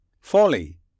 Folly